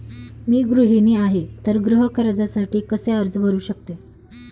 मी गृहिणी आहे तर गृह कर्जासाठी कसे अर्ज करू शकते?